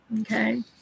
okay